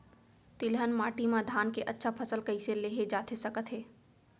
तिलहन माटी मा धान के अच्छा फसल कइसे लेहे जाथे सकत हे?